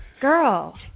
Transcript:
girl